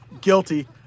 guilty